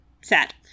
Sad